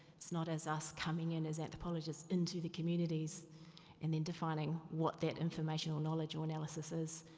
it is not as us coming in as anthropologists into the communities and in defining what that information or knowledge or analysis is.